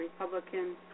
Republican